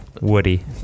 Woody